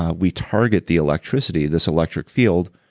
ah we target the electricity, this electric field,